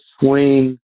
swing